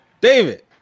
David